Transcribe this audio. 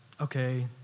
okay